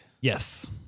Yes